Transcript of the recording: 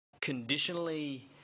conditionally